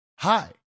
Hi